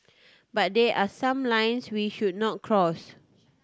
but there are some lines we should not cross